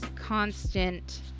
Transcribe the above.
constant